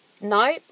no